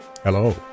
Hello